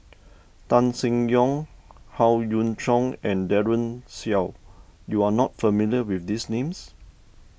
Tan Seng Yong Howe Yoon Chong and Daren Shiau you are not familiar with these names